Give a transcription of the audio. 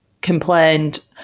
complained